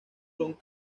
son